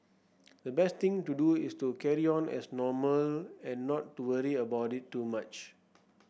the best thing to do is to carry on as normal and not to worry about it too much